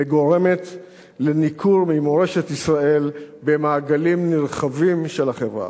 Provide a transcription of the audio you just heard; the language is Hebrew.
וגורמת לניכור ממורשת ישראל במעגלים נרחבים של החברה.